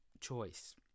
choice